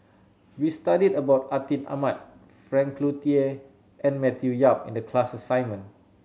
we studied about Atin Amat Frank Cloutier and Matthew Yap in the class assignment